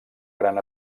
gran